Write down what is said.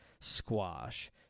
squash